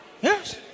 Yes